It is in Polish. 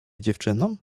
dziewczyną